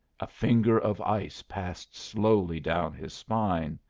a finger of ice passed slowly down his spine.